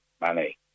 money